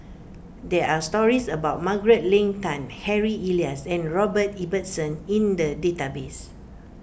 there are stories about Margaret Leng Tan Harry Elias and Robert Ibbetson in the database